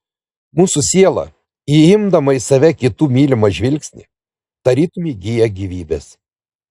mūsų siela įimdama į save kitų mylimą žvilgsnį tarytum įgyja gyvybės